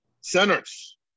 Centers